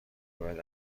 باید